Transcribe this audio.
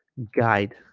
guide